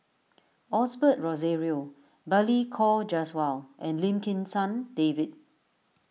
Osbert Rozario Balli Kaur Jaswal and Lim Kim San David